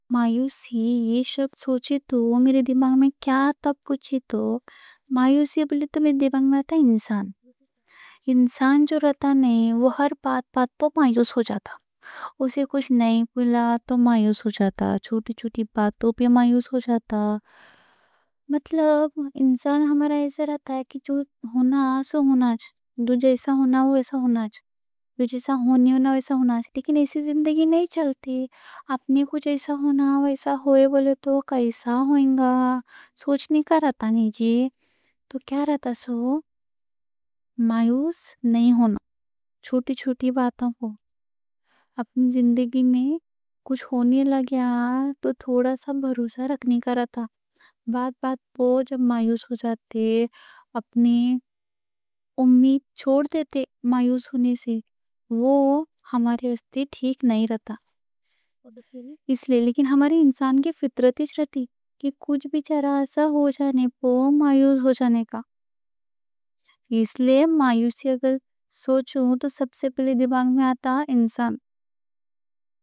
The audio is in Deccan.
مایوسی یہ لفظ سوچے تو دماغ میں کیا آتا؟ مایوسی سوچے تو میرے دماغ میں آتا انسان۔ انسان جو رہتا نا وہ بات بات پہ مایوس ہو جاتا۔ اسے کچھ نہ ملے تو مایوس ہو جاتا۔ چھوٹی چھوٹی باتوں پہ مایوس ہو جاتا۔ مطلب انسان ہمارا ایسا رہتا کہ جو ہونا سو ہونا، جو جیسا ہونا ویسا ہونا۔ لیکن ایسی زندگی نہیں چلتی۔ اپنی کو جو جیسا ہونا ویسا ہوئے بولے تو کیسا ہوئیں گا، سوچ نہیں کر رہتا۔ نی جی تو کیا رہتا سو، مایوس نہیں ہونا۔ چھوٹی چھوٹی باتوں کو اپنی زندگی میں کچھ ہونے لگیا تو تھوڑا سا بھروسہ رکھنی کا رہتا۔ بات بات پہ جب مایوس ہو جاتے، اپنی امید چھوڑ دیتے؛ مایوس ہونے سے وہ ہمارے واسطے ٹھیک نہیں رہتا، اس لیے۔ لیکن ہماری انسان کی فطرت ہی ایسی رہتی کہ کچھ بچارہ ایسا ہو جانے پہ مایوس ہو جانے کا، اس لیے۔ مایوسی اگر سوچوں تو سب سے پہلے دماغ میں آتا انسان۔